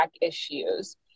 issues